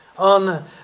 On